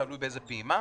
תלוי באיזו פעימה.